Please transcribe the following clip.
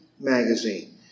magazine